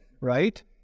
Right